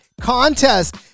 contest